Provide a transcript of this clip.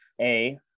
A-